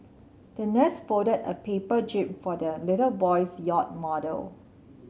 the nurse folded a paper jib for the little boy's yacht model